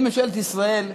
לממשלת ישראל,